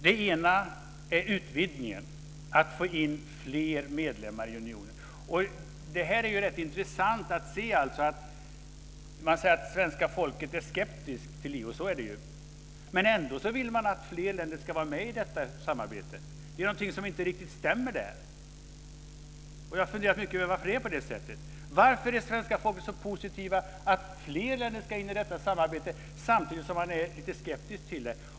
Den ena är utvidgningen, att få in fler medlemmar i unionen. Det är intressant att se att svenska folket är skeptiskt till EU, men ändå vill man att fler länder ska vara med i samarbetet. Det är någonting som inte riktigt stämmer där. Jag har funderat mycket över varför det är så. Varför är svenska folket så positivt till att fler länder ska in i detta samarbete samtidigt som man är skeptisk till det?